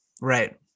Right